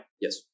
Yes